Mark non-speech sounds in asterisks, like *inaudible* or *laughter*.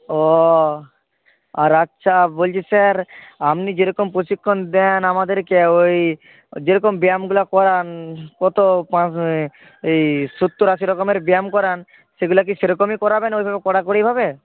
ও আর আচ্ছা বলছি স্যার আপনি যেরকম প্রশিক্ষণ দেন আমাদেরকে ওই যেরকম ব্যায়ামগুলো করান কত *unintelligible* এই সত্তর আশি রকমের ব্যায়াম করান সেগুলো কি সেরকমই করাবেন ওই ভাবে কড়াকড়িভাবে